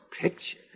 picture